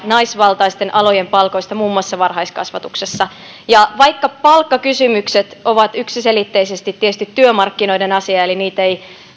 naisvaltaisten alojen palkoista muun muassa varhaiskasvatuksessa ja vaikka palkkakysymykset ovat yksiselitteisesti tietysti työmarkkinoiden asia eli niitä ei